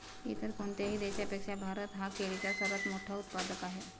इतर कोणत्याही देशापेक्षा भारत हा केळीचा सर्वात मोठा उत्पादक आहे